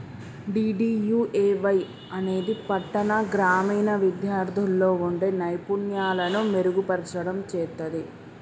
DDUAY అనేది పట్టాణ, గ్రామీణ విద్యార్థుల్లో వుండే నైపుణ్యాలను మెరుగుపర్చడం చేత్తది